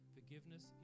Forgiveness